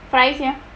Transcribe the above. fries lor